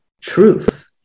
truth